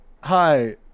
Hi